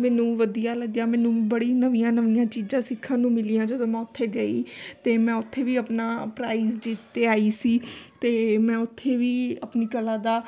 ਮੈਨੂੰ ਵਧੀਆ ਲੱਗਿਆ ਮੈਨੂੰ ਬੜੀ ਨਵੀਆਂ ਨਵੀਆਂ ਚੀਜ਼ਾਂ ਸਿੱਖਣ ਨੂੰ ਮਿਲੀਆਂ ਜਦੋਂ ਮੈਂ ਉੱਥੇ ਗਈ ਤਾਂ ਮੈਂ ਉੱਥੇ ਵੀ ਆਪਣਾ ਪ੍ਰਾਈਜ ਜਿੱਤ ਕੇ ਆਈ ਸੀ ਅਤੇ ਮੈਂ ਉੱਥੇ ਵੀ ਆਪਣੀ ਕਲਾ ਦਾ